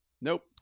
Nope